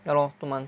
ya lor two months